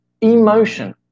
Emotion